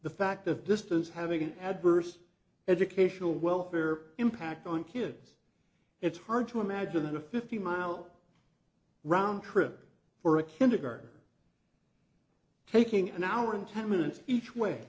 the fact of distance having an adverse educational welfare impact on kids it's hard to imagine a fifty mile round trip for a kindergartner taking an hour and ten minutes each way